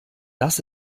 das